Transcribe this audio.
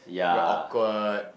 very awkward